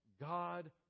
God